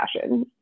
fashion